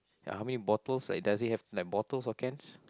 ya how many bottles like does it have like bottles or cans